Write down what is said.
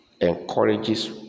encourages